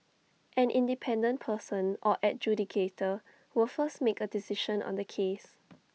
an independent person or adjudicator will first make A decision on the case